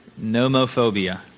Nomophobia